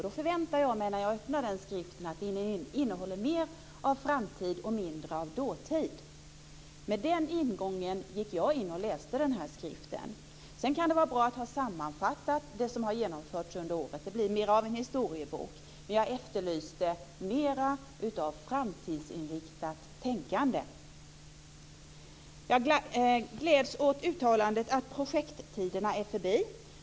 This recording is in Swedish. Då förväntar jag mig när jag öppnar skriften att den innehåller mer av framtid och mindre av dåtid. Med den ingången läste jag den här skriften. Sedan kan det vara bra att ha sammanfattat det som har genomförts under året. Det blir då mer av en historiebok. Men jag efterlyser mer av framtidsinriktat tänkande. Jag gläds åt uttalandet att projekttiderna är förbi.